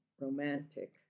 romantic